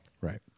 Right